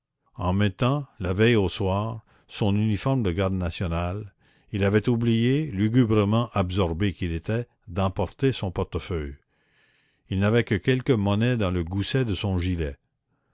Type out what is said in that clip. en mettant la veille au soir son uniforme de garde national il avait oublié lugubrement absorbé qu'il était d'emporter son portefeuille il n'avait que quelque monnaie dans le gousset de son gilet